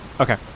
Okay